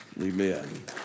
Amen